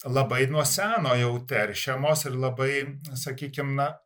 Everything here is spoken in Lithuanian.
labai nuo seno jau teršiamos ir labai sakykim na